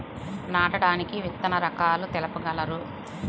నాటడానికి విత్తన రకాలు తెలుపగలరు?